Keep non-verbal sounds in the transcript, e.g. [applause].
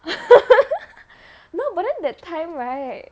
[laughs] no but then that time right